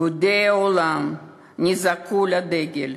יהודי העולם נזעקו אל הדגל.